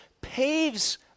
paves